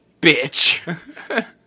bitch